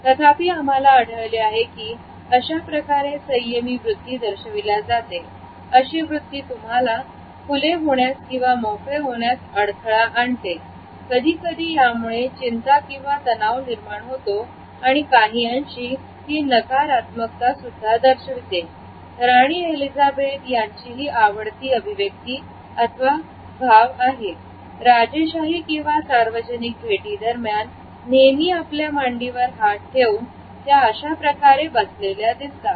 तथापि आम्हाला आढळले आहे की अशाप्रकारे संयमी वृत्ती दर्शविल्या जाते अशी वृत्ती तुम्हाला खुले होण्यास किंवा मोकळे होण्यास अडथळा आणते कधीकधी यामुळे चिंता किंवा तणाव निर्माण होतो आणि काही अंशी ही नकारात्मकता सुद्धा दर्शविते राणी एलिझाबेथ यांचीही आवडती अभिव्यक्ती अथवा हा भाव आहे राजेशाही किंवा सार्वजनिक भेटीदरम्यान नेहमी आपल्या मांडीवर हात ठेवून त्या अशाप्रकारे बसलेल्या दिसतात